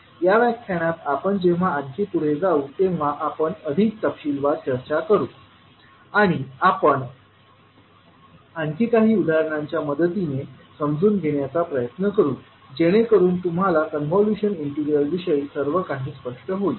या व्याख्यानात आपण जेव्हा आणखी पुढे जाऊ तेव्हा आपण अधिक तपशीलवार चर्चा करू आणि आपण आणखी काही उदाहरणांच्या मदतीने समजून घेण्याचा प्रयत्न करू जेणेकरून तुम्हाला कॉन्व्होल्यूशन इंटिग्रल विषयी सर्व काही स्पष्ट होईल